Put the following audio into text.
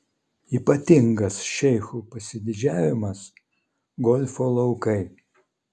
ypatingas šeichų pasididžiavimas golfo laukai